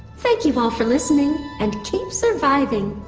thank you all for listening and keep surviving.